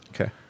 Okay